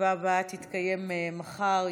הישיבה הבאה תתקיים מחר,